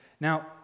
Now